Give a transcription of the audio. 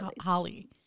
Holly